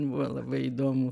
buvo labai įdomu